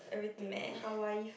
meh